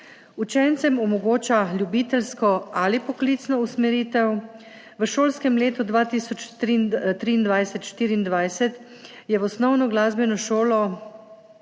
Učencem omogoča ljubiteljsko ali poklicno usmeritev. V šolskem letu 2023/2024 je v osnovno glasbeno šolo